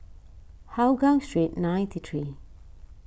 Hougang Street ninety three